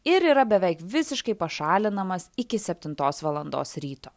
ir yra beveik visiškai pašalinamas iki septintos valandos ryto